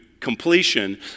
completion